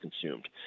consumed